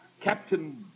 Captain